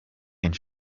and